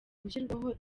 gushyirwaho